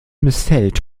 missfällt